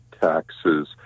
taxes